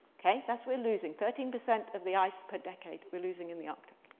ok. that's we're losing thirteen percent of the ice per decade we're losing in the arctic.